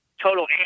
total